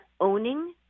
owning